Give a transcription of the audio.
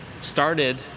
started